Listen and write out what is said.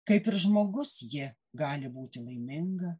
kaip ir žmogus ji gali būti laiminga